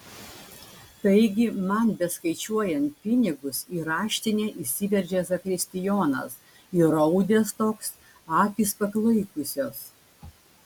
taigi man beskaičiuojant pinigus į raštinę įsiveržė zakristijonas įraudęs toks akys paklaikusios